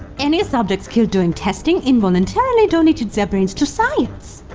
any subjects killed during testing, involuntarily donated their brains to science!